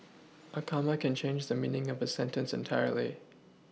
a comma can change the meaning of a sentence entirely